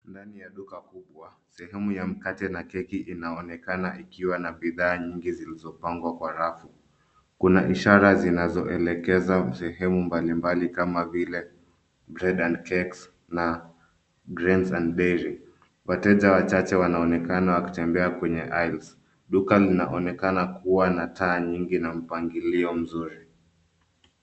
Ndani ya duka kubwa, sehemu ya mkate na keki inaonekana ikiwa na bidhaa nyingi, zilizopangwa kwa rafu. Kuna ishara zinazoelekeza sehemu mbalimbali, kama vile bread and cakes na grains and dairy . Wateja wachache wanaonekana wakitembea kwenye aisles . Duka linaonekana kuwa na taa nyingi na mpangilio mzuri.